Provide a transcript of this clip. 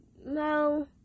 no